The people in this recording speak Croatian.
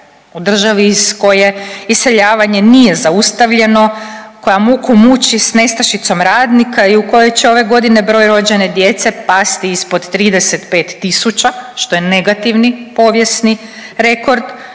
U državi iz koje iseljavanje nije zaustavljeno, koja muku muči s nestašicom radnika i u kojoj je ove godine broj rođene djece pasti ispod 35 tisuća što je negativni povijesni rekord